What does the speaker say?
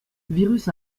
virus